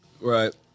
right